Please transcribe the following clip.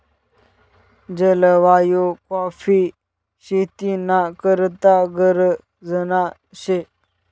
जलवायु काॅफी शेती ना करता गरजना शे